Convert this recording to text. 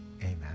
amen